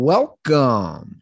Welcome